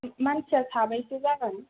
मानसिया साबैसे जागोन